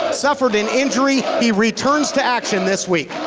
suffered an injury, he returns to action this week.